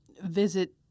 visit